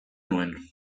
nuen